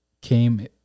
came